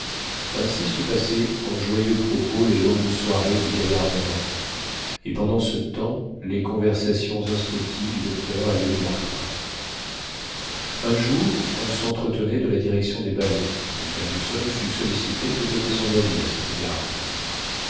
ainsi se passaient en joyeux propos les longues soirées du gaillard d'avant et pendant ce temps les conversations instructives du docteur allaient leur train un jour on s'entretenait de la direction des ballons et fergusson fut sollicité de donner son avis à cet égard